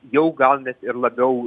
jau gal ir labiau